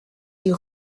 îles